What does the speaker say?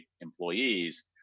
employees